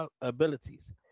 abilities